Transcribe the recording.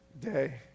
day